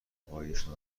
آرزوهایشان